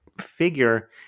figure